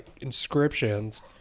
inscriptions